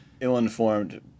ill-informed